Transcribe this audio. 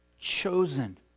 chosen